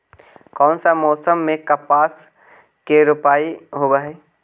कोन सा मोसम मे कपास के रोपाई होबहय?